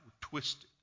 twisted